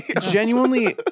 genuinely